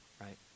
right